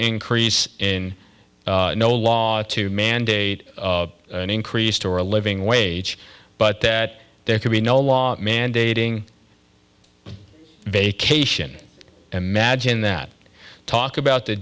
increase in no laws to mandate an increased or a living wage but that there should be no law mandating vacation imagine that talk about the